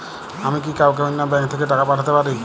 আমি কি কাউকে অন্য ব্যাংক থেকে টাকা পাঠাতে পারি?